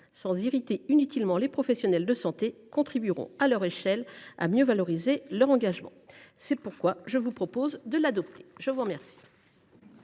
sans irriter inutilement les professionnels de santé, contribueront à leur échelle à mieux valoriser leur engagement. C’est pourquoi je vous propose de l’adopter. La parole